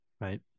Right